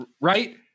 Right